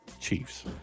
Chiefs